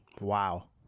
Wow